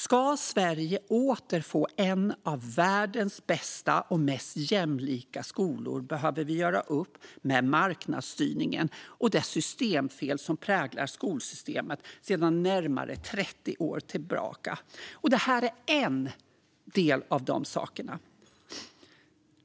Om Sverige åter ska få en av världens bästa och mest jämlika skolor behöver vi göra upp med marknadsstyrningen och det systemfel som präglar skolsystemet sedan närmare 30 år tillbaka. Det här är en del i detta.